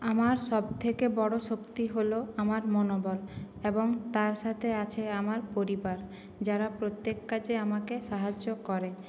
আমার সবথেকে বড়ো শক্তি হল আমার মনোবল এবং তার সাথে আছে আমার পরিবার যারা প্রত্যেক কাজে আমাকে সাহায্য করে